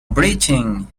breaching